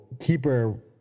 Keeper